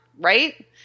right